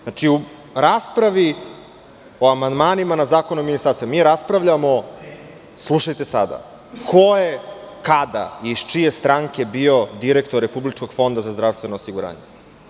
Znači, u raspravi o amandmanima na Zakon o ministarstvima mi raspravljamo, slušajte sada ko je kada i iz čije stanke bio direktor Republičkog fonda za zdravstveno osiguranje.